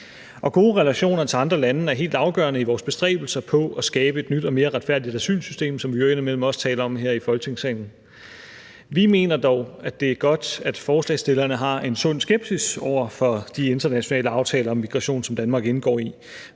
Gode relationer til andre lande er helt afgørende i vores bestræbelser på at skabe et nyt og mere retfærdigt asylsystem, som vi jo i øvrigt også indimellem taler om her i Folketingssalen. Vi mener dog, at det er godt, at forslagsstillerne har en sund skepsis over for de internationale aftaler om migration, som Danmark indgår i,